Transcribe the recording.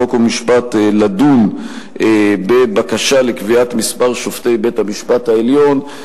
חוק ומשפט לדון בבקשה לקביעת מספר שופטי בית-המשפט העליון,